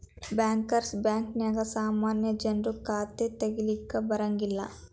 bankers ಬ್ಯಾಂಕ ನ್ಯಾಗ ಸಾಮಾನ್ಯ ಜನ್ರು ಖಾತಾ ತಗಿಲಿಕ್ಕೆ ಬರಂಗಿಲ್ಲಾ